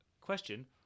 Question